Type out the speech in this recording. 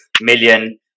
million